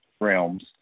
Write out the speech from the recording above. realms